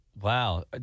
Wow